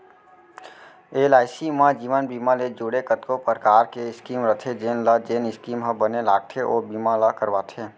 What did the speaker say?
LIC म जीवन बीमा ले जुड़े कतको परकार के स्कीम रथे जेन ल जेन स्कीम ह बने लागथे ओ बीमा ल करवाथे